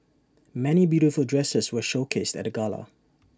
many beautiful dresses were showcased at the gala